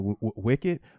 wicked